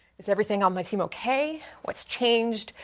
is everything on my team okay? what's changed?